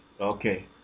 okay